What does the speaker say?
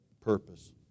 purpose